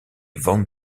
van